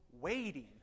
waiting